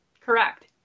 Correct